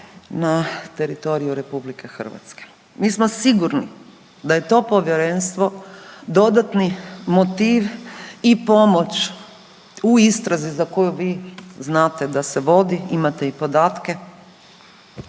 na teritoriju Republike Hrvatske. Mi smo sigurni da je to Povjerenstvo dodatni motiv i pomoć u istrazi za koju vi znate da se vodi, imate i podatke.